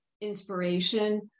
inspiration